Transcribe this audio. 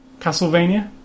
Castlevania